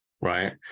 right